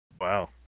Wow